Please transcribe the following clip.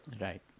Right